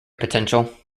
potential